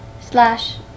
slash